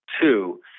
two